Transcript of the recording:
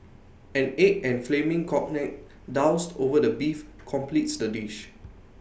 an egg and flaming cognac doused over the beef completes the dish